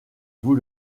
vous